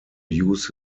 use